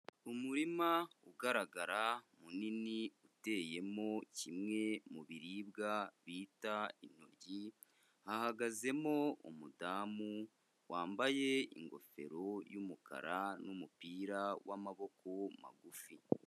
Umurima ugaragara munini uteyemo kimwe mu biribwa bita intoryi. hahagazemo umudamu wambaye ingofero y'umukara n'umupira w'amaboko magufi.